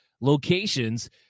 locations